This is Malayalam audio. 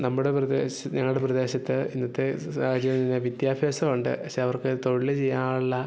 നമ്മുടെ പ്രദേശം ഞങ്ങളുടെ പ്രദേശത്ത് ഇന്നത്തെ സാഹചര്യം വിദ്യാഭ്യാസം ഉണ്ട് പഷേ അവർക്ക് തൊഴിൽ ചെയ്യാൻ ഉള്ള